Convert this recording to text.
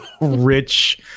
rich